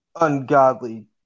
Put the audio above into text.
ungodly